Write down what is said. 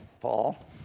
Paul